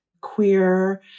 queer